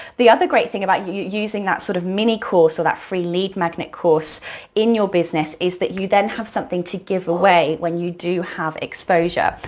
the other great thing about using that sort of mini-course or that free lead magnet course in your business is that you then have something to give away when you do have exposure.